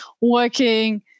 working